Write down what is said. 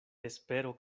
espero